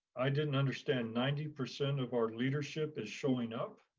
i didn't understand, ninety percent of our leadership is showing up.